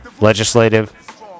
legislative